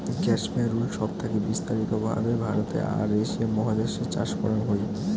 cashmere wool সব থাকি বিস্তারিত ভাবে ভারতে আর এশিয়া মহাদেশ এ চাষ করাং হই